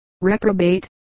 reprobate